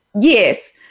Yes